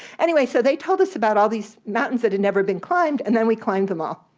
anyway, so they told us about all these mountains that had never been climbed, and then we climbed them all.